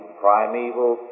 primeval